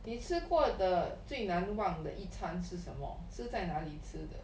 你吃过的最难忘的一餐是什么是在哪里吃的